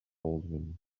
baldwin